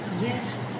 yes